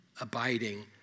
abiding